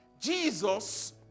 Jesus